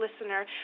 listener